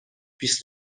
بیست